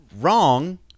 wrong